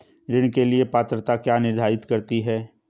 ऋण के लिए पात्रता क्या निर्धारित करती है?